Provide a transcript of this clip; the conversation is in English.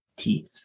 teeth